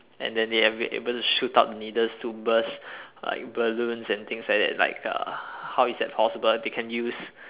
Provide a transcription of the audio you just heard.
and then they able able to shoot out needles to burst like balloons and things like that like uh how is that possible they can use